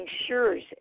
ensures